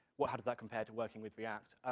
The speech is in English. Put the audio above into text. well, how does that compare to working with react?